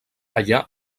allà